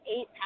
eight